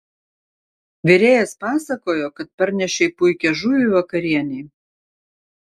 virėjas pasakojo kad parnešei puikią žuvį vakarienei